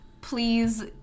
please